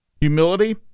Humility